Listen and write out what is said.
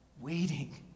waiting